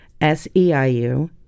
SEIU